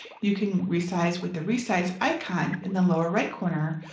you can resize with the resize icon in the lower right corner,